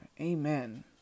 Amen